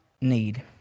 need